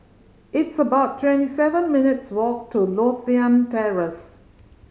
it's about twenty seven minutes' walk to Lothian Terrace